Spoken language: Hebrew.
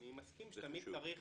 אני מסכים שתמיד צריך